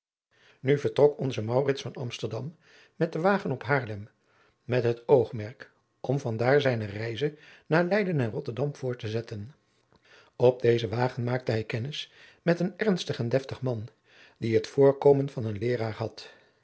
nu vertrok onze maurits van amsterdam met den wagen op haarlem met het oogmerk om van daar zijne reize naar leyden en rotterdam voort te zetten op dezen wagen maakte hij kennis met een ernstig en deftig man die het voorkomen van een leeraar had